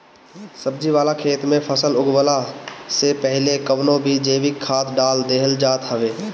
सब्जी वाला खेत में फसल उगवला से पहिले कवनो भी जैविक खाद डाल देहल जात हवे